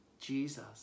Jesus